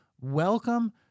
Welcome